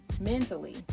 mentally